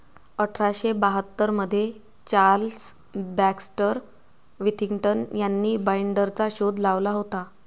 अठरा शे बाहत्तर मध्ये चार्ल्स बॅक्स्टर विथिंग्टन यांनी बाईंडरचा शोध लावला होता